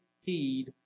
heed